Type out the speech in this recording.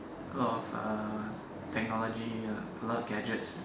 a lot of uh technology a lot of gadgets